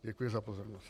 Děkuji za pozornost.